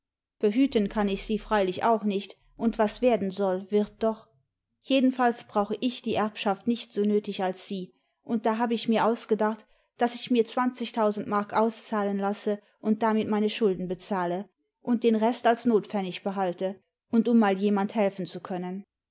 behüten kann ich sie freilich auch nicht und was werden soll wird doch jedenfalls brauche ich die erbschaft nicht so nötig als sie und da hab ich mir ausgedacht daß ich mir zwanzigtausend mark auszahlen lasse und damit meine schulden bezahle und den rest als notpfennig behalte und um mal jemand helfen zu können